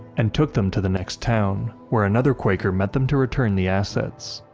and took them to the next town, where another quaker met them to return the assets.